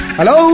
Hello